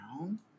down